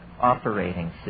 operating